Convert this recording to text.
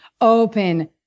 open